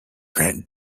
grant